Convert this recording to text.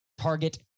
target